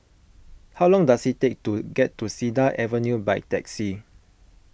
how long does it take to get to Cedar Avenue by taxi